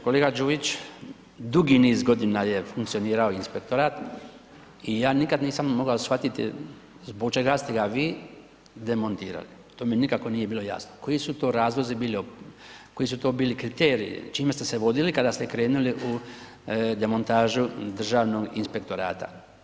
Kolega Đujić, dugi niz godina je funkcionirao inspektorat i ja nikad nisam mogao shvatiti zbog čega ste ga vi demontirali, to mi nikako nije bilo jasno, koji su to razlozi bili, koji su to bili kriteriji, čime ste se vodili kada ste krenuli u demontažu Državnog inspektorata.